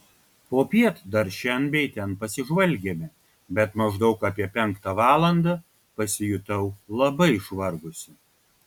popiet dar šen bei ten pasižvalgėme bet maždaug apie penktą valandą pasijutau labai išvargusi